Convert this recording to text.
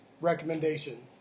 recommendation